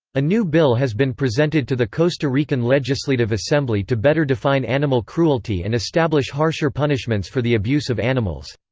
a new bill has been presented to the costa rican legisletive assembly to better define animal cruelty and establish harsher punishments for the abuse of animals.